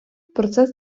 процес